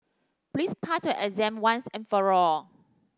please pass your exam once and for all